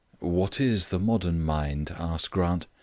what is the modern mind? asked grant.